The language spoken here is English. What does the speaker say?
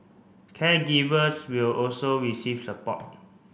caregivers will also receive support